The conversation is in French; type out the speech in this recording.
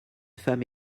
femme